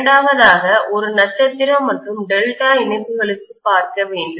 இரண்டாவதாக ஒரு நட்சத்திரம் மற்றும் டெல்டா இணைப்புகளுக்கும் பார்க்க வேண்டும்